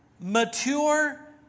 mature